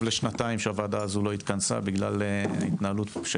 הוועדה הזו לא התכנסה קרוב לשנתיים בגלל